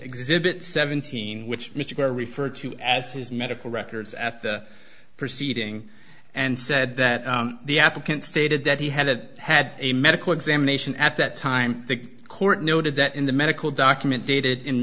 exhibit seventeen which mr gore referred to as his medical records at the proceeding and said that the applicant stated that he hadn't had a medical examination at that time the court noted that in the medical document dated in